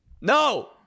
No